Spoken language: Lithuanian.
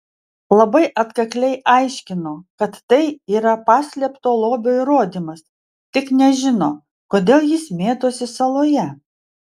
labai atkakliai aiškino kad tai yra paslėpto lobio įrodymas tik nežino kodėl jis mėtosi saloje